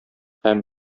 һәм